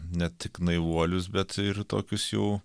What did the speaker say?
ne tik naivuolius bet ir tokius jų